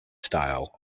style